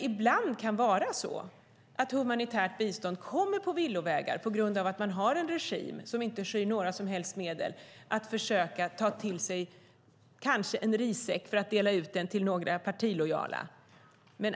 Ibland kan det vara så att humanitärt bistånd kommer på villovägar på grund av att regimen inte skyr några som helst medel och till exempel tar rissäckar och delar ut dem till partilojala.